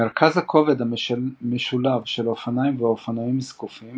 מרכז הכובד המשולב של אופניים ואופנועים זקופים